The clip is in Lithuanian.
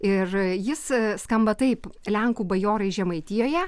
ir jis skamba taip lenkų bajorai žemaitijoje